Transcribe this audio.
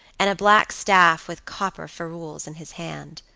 and a black staff with copper ferrules in his hand.